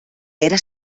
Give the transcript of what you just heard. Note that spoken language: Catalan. era